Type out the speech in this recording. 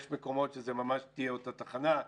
יש מקומות שזה ממש תהיה אותה תחנה,